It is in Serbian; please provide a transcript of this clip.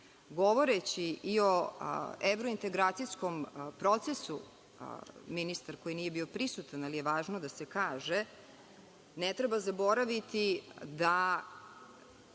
danas. Govoreći i o evrointegracijskom procesu, ministar koji nije bio prisutan, ali je važno da se kaže, ne treba zaboraviti da